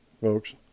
folks